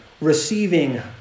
receiving